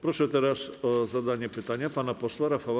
Proszę teraz o zadanie pytania pana posła Rafała